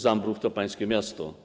Zambrów do pańskie miasto.